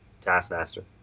Taskmaster